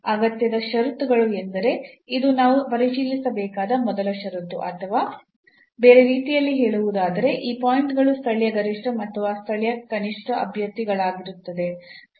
ಅಗತ್ಯ ಷರತ್ತುಗಳು ಎಂದರೆ ಇದು ನಾವು ಪರಿಶೀಲಿಸಬೇಕಾದ ಮೊದಲ ಷರತ್ತು ಅಥವಾ ಬೇರೆ ರೀತಿಯಲ್ಲಿ ಹೇಳುವುದಾದರೆ ಈ ಪಾಯಿಂಟ್ ಗಳು ಸ್ಥಳೀಯ ಗರಿಷ್ಠ ಅಥವಾ ಕನಿಷ್ಠ ಅಭ್ಯರ್ಥಿಗಳಾಗಿರುತ್ತದೆ